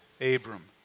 Abram